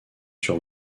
sur